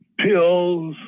pills